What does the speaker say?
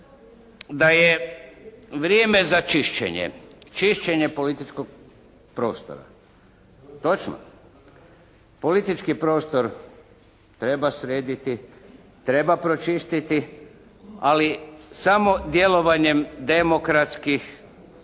da je vrijeme za čišćenje, čišćenje političkog prostora. Točno. Politički prostor treba srediti, treba pročistiti, ali samo djelovanjem demokratskih